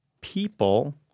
people